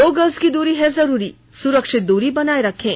दो गज की दूरी है जरूरी सुरक्षित दूरी बनाए रखें